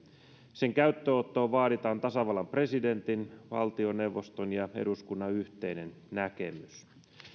sen käyttöönottoon vaaditaan tasavallan presidentin valtioneuvoston ja eduskunnan yhteinen näkemys